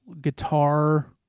guitar